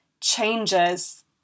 changes